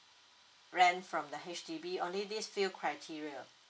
rent from the H_D_B only these few criteria